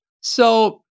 So-